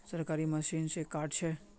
सरकारी मशीन से कार्ड छै?